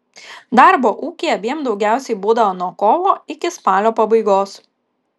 darbo ūkyje abiem daugiausiai būdavo nuo kovo iki spalio pabaigos